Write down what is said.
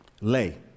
lay